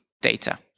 data